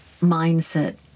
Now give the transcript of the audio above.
mindset